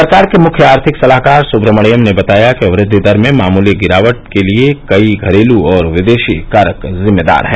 सरकार के मुख्य आर्थिक सलाहकार सुब्रहमण्यन ने बताया कि वृद्वि दर में मामूली गिरावट के लिए कई घरेलू और विदेशी कारक जिम्मेदार हैं